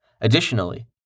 Additionally